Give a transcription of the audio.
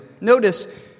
Notice